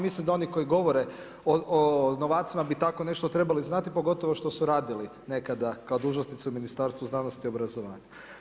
Mislim da oni koji govore o novacima bi tako nešto trebali znati, pogotovo što su radili nekada kao dužnosnici u Ministarstvu znanosti i obrazovanju.